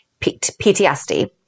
PTSD